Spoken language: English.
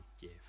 give